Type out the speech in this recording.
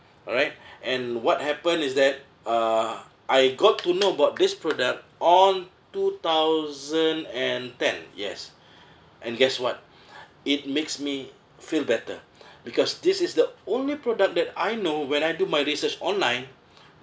alright and what happen is that uh I got to know about this product on two thousand and ten yes and guess what it makes me feel better because this is the only product that I know when I do my research online